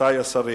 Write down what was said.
רבותי השרים?